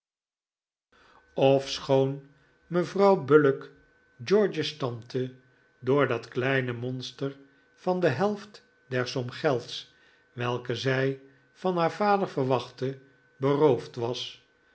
mevrouw bullock george's tante door dat kleine monster van de helft der som gelds welke zij van haar vader verwachtte beroofd was